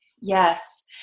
Yes